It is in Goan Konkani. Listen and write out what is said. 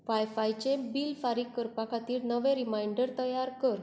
वायफायचें बिल फारीक करपा खातीर नवें रिमांयडर तयार कर